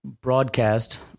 broadcast